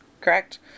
correct